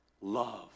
Love